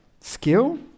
Skill